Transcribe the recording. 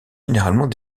généralement